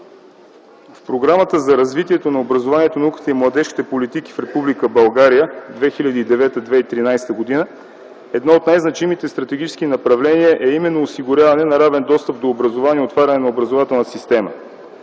В Програмата за развитието на образованието, науката и младежките политики в Република България 2009-2013 г. едно от най-значимите стратегически направления е именно осигуряване на равен достъп до образование и отваряне на образователната система.